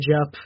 up